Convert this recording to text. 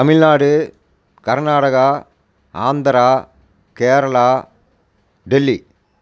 Tamil Nadu Karnataka Andhra Kerala Delhi